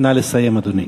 נא לסיים, אדוני.